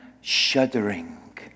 shuddering